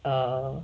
err